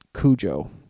Cujo